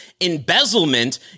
embezzlement